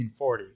1940